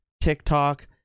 TikTok